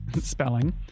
spelling